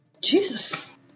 Jesus